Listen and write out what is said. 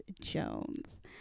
jones